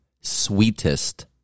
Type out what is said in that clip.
sweetest